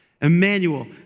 Emmanuel